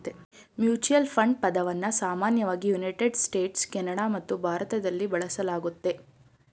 mutual fund ಪದವನ್ನ ಸಾಮಾನ್ಯವಾಗಿ United States, Canada ಮತ್ತು ಭಾರತದಲ್ಲಿ ಬಳಸಲಾಗುತ್ತೆ